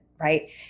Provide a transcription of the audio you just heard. right